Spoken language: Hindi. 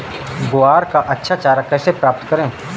ग्वार का अच्छा चारा कैसे प्राप्त करें?